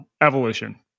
evolution